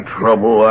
trouble